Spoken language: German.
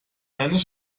eines